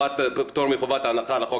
חברת הכנסת תמנו שטה, אל תחנכי אותי.